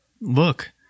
Look